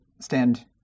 stand